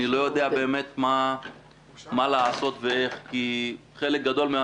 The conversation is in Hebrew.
אני באמת לא יודע מה לעשות ואיך כי חלק גדול מן